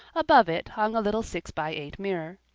above it hung a little six-by-eight mirror.